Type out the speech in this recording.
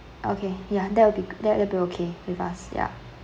okay yeah that will be go~ that will be okay with us ya